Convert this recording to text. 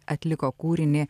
atliko kūrinį